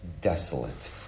desolate